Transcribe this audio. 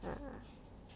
ah